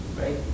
right